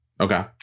Okay